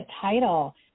title